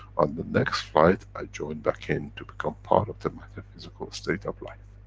on the next flight, i join back in, to become part of the matter, physical-state of life.